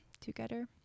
together